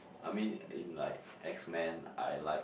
I mean in like X man I like